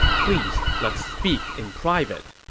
please, let's speak in private.